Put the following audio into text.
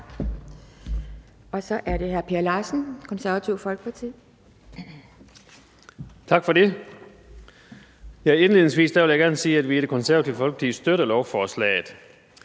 12:52 (Ordfører) Per Larsen (KF): Tak for det. Indledningsvis vil jeg gerne sige, at vi i Det Konservative Folkeparti støtter lovforslaget.